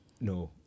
no